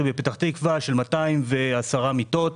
תקווה שיש בו כ-210 מיטות,